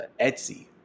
Etsy